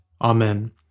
Amen